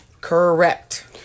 Correct